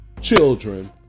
children